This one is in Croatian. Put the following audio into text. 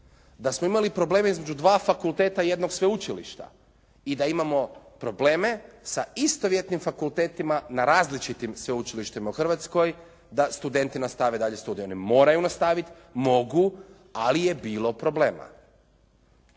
Da smo imali probleme između dva fakulteta i jednog sveučilišta i da imamo probleme sa istovjetnim fakultetima na različitim sveučilištima u Hrvatskoj da studenti nastave dalje studij. Oni moraju nastaviti, mogu, ali je bilo problema.